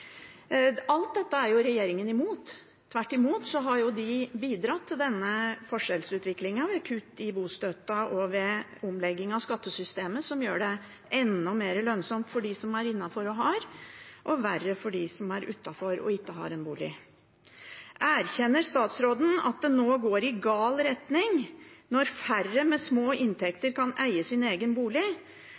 Alt dette er jo regjeringen imot. Regjeringen har tvert imot bidratt til denne forskjellsutviklingen ved kutt i bostøtten og ved omlegging av skattesystemet, som gjør det enda mer lønnsomt for dem som er innenfor, og har – og verre for dem som er utenfor, og ikke har – en bolig. Erkjenner statsråden at det nå går i gal retning, når færre med små inntekter kan eie sin egen bolig,